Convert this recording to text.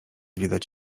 widać